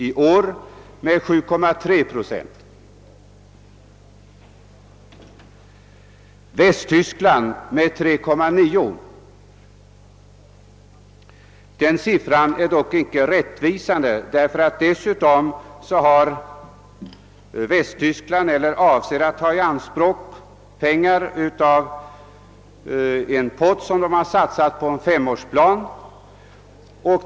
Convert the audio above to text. Västtyskland ökar sina försvarskostnader med 3,9 procent. Den siffran är dock inte rättvisande, eftersom Västtyskland dessutom avser att ta i anspråk medel som satsats på en femårsplan.